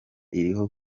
iriho